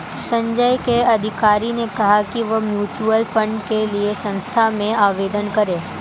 संजय के अधिकारी ने कहा कि वह म्यूच्यूअल फंड के लिए संस्था में आवेदन करें